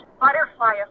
butterfly